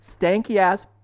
Stanky-ass